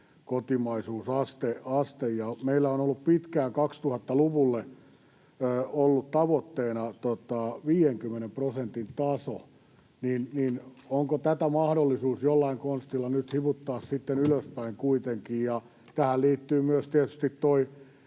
kotimaisuusaste. Kun meillä on ollut pitkään 2000-luvulle tavoitteena 50 prosentin taso, niin onko tätä mahdollisuus jollain konstilla nyt hivuttaa kuitenkin ylöspäin? Tähän liittyvät tietysti